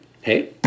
Hey